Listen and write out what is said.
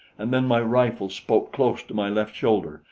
and then my rifle spoke close to my left shoulder,